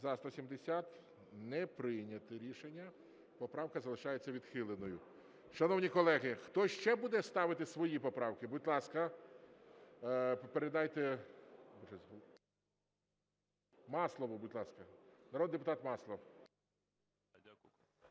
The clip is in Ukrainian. За-170 Не прийнято рішення. Поправка залишається відхиленою. Шановні колеги, хтось ще буде ставити свої поправки? Будь ласка, передайте Маслову, будь ласка. Народний депутат Маслов.